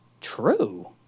True